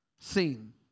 seen